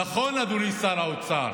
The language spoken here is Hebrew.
נכון, אדוני שר האוצר,